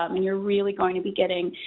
um and you're really going to be getting.